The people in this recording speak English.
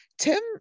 Tim